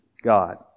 God